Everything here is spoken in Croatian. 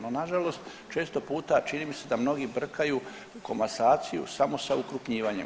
No, nažalost često puta čini mi se da mnogi brkaju komasaciju samo sa ukrupnjivanjem.